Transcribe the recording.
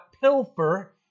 pilfer